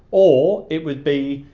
or it would be,